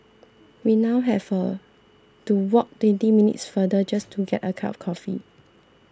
we now have a to walk twenty minutes farther just to get a cup of coffee